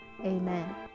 Amen